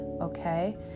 okay